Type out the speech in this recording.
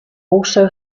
also